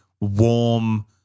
warm